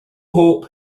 hope